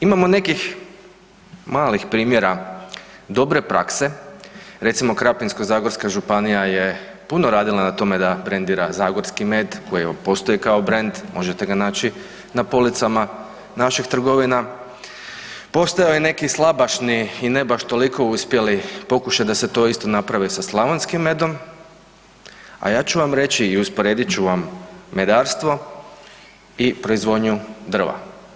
Imamo nekih malih primjera dobre prakse, recimo Krapinsko-zagorska županija je puno radila na tome da brendira zagorski medicinskih koji postoji kao brand, možete ga naći na policama naših trgovina, postojao je neki slabašni i ne baš toliko uspjeli pokušaj da se to isto napravi sa slavonskim medom, a ja ću vam reći i usporedit ću vam medarstvo i proizvodnju drva.